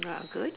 ah good